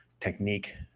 technique